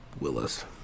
Willis